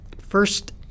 first